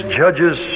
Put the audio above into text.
judges